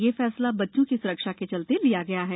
ये फैसला बच्चों की सुरक्षा के चलते लिया गया है